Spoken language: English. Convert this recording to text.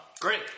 Great